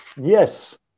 Yes